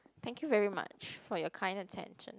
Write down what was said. thank you very much for your kind attention